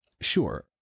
Sure